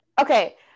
Okay